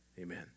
Amen